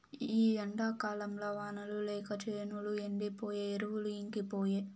ఈ ఎండాకాలంల వానలు లేక చేనులు ఎండిపాయె చెరువులు ఇంకిపాయె